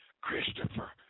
Christopher